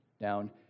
down